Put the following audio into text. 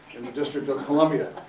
in the district of columbia.